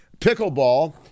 Pickleball